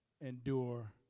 endure